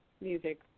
music